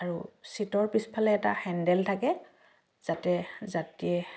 আৰু চিটৰ পিছফালে এটা হেণ্ডেল থাকে যাতে যাত্ৰীয়ে